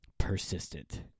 persistent